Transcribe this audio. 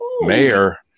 Mayor